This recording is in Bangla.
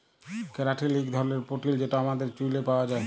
ক্যারাটিল ইক ধরলের পোটিল যেট আমাদের চুইলে পাউয়া যায়